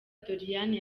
doriane